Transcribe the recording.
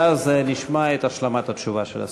ואז נשמע את השלמת התשובה של השר.